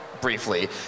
briefly